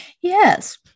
Yes